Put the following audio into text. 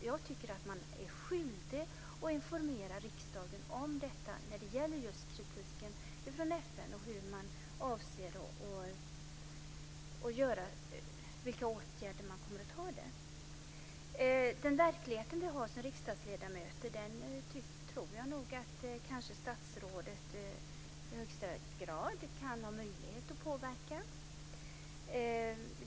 Jag tycker att man är skyldig att informera riksdagen om vilka åtgärder man kommer att vidta när det gäller just kritiken från FN. Den verklighet vi har som riksdagsledamöter tror jag att statsrådet i högsta grad kan ha möjlighet att påverka.